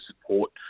support